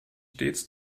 stets